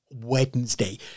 Wednesday